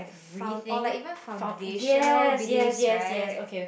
found or like even foundational beliefs right